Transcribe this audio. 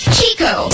Chico